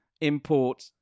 Import